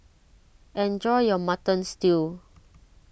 enjoy your Mutton Stew